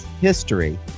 history